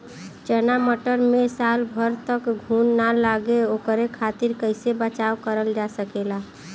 चना मटर मे साल भर तक घून ना लगे ओकरे खातीर कइसे बचाव करल जा सकेला?